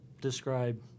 describe